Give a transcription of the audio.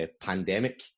pandemic